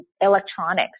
electronics